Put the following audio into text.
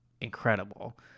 incredible